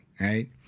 right